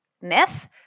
myth